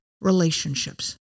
relationships